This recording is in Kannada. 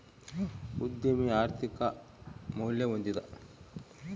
ಉದ್ಯಮಿ ಆರ್ಥಿಕ ಮೌಲ್ಯ ಹೊಂದಿದ